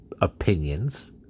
opinions